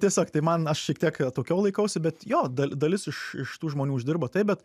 tiesiog tai man aš šiek tiek atokiau laikausi bet jo dalis iš iš tų žmonių uždirba taip bet